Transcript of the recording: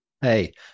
Hey